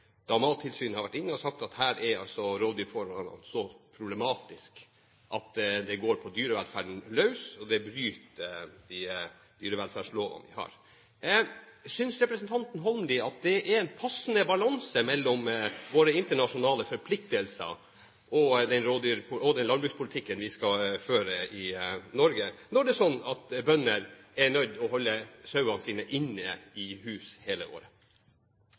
da Mattilsynet har vært inne og sagt at her er rovdyrforholdene så problematiske at det går på dyrevelferden løs, og det bryter de dyrevelferdslovene vi har. Synes representanten Holmelid at det er en passende balanse mellom våre internasjonale forpliktelser og den landbrukspolitikken vi skal føre i Norge, når det er sånn at bønder er nødt til å holde sauene sine inne i hus hele året?